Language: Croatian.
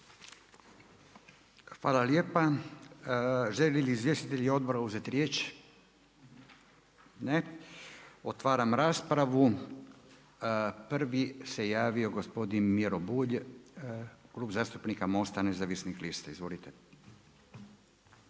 Hvala lijepa. Žele li izvjestitelji odbora uzeti riječ? Ne. Otvaram raspravu. Prvi se javio gospodin Miro Bulj Klub zastupnika MOST-a nezavisnih lista. Izvolite.